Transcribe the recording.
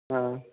हाँ